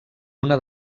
una